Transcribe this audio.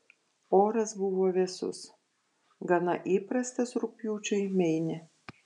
oras buvo vėsus gana įprastas rugpjūčiui meine